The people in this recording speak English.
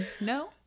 No